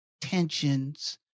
tensions